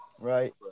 Right